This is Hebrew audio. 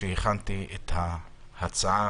כשהכנתי את ההצעה,